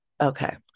Okay